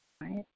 Right